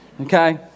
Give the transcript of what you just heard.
okay